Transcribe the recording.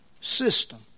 system